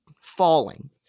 falling